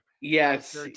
Yes